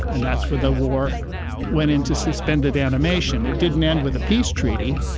and that's where the war went into suspended animation. it didn't end with a peace treaty.